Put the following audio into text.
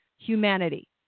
humanity